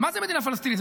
מה זה מדינה פלסטינית?